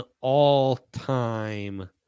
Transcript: all-time